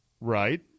Right